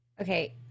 Okay